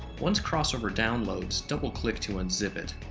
once crossover downloads, double click to unzip it.